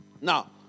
Now